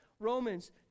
Romans